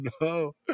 no